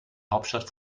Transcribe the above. hauptstadt